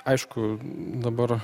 aišku dabar